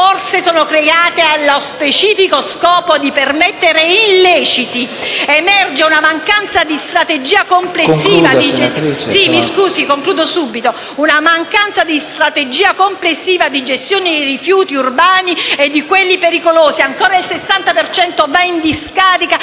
forse sono create allo specifico scopo di permettere illeciti. Emerge una mancanza di strategia complessiva di gestione dei rifiuti urbani e di quelli pericolosi. Ancora il 60 per cento va in discarica